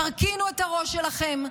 תרכינו את הראש שלכם,